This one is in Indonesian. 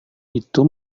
itu